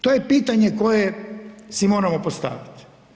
To je pitanje koje si moramo postaviti.